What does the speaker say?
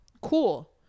Cool